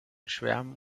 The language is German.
schwärmen